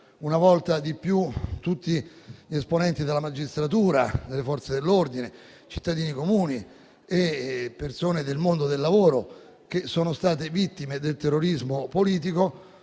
una volta di più tutti gli esponenti della magistratura, delle Forze dell'ordine, cittadini comuni e persone del mondo del lavoro che sono state vittime del terrorismo politico